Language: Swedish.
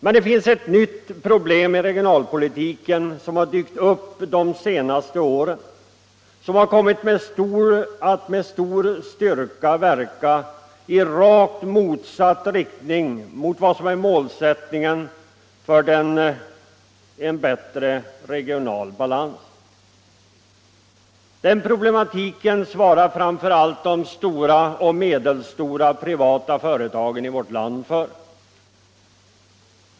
Men det finns ett nytt problem i regionalpolitiken, som dykt upp de senaste åren, som kommit att med stor styrka verka i rakt motsatt riktning mot vad som är målsättningen för en bättre regional balans. Den problematiken svarar framför allt de stora och medelstora privata företagen för.